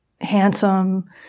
handsome